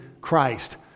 Christ